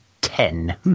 ten